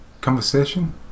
conversation